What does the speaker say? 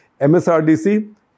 MSRDC